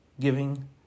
Giving